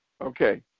Okay